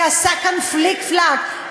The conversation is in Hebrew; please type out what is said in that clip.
שעשה כאן פליק-פלאק?